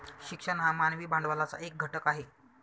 शिक्षण हा मानवी भांडवलाचा एक घटक आहे